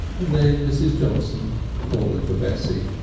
and then mrs. johnson calling for bessie.